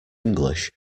english